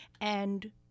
And-